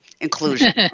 inclusion